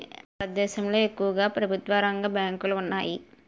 భారతదేశంలో ఎక్కువుగా ప్రభుత్వరంగ బ్యాంకులు ఉన్నాయి